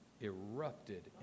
erupted